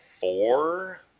four